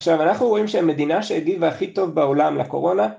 עכשיו, אנחנו רואים שהמדינה שהגיבה הכי טוב בעולם לקורונה